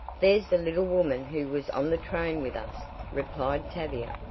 there's the little woman who was on the train with us, replied tavia,